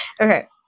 Okay